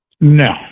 No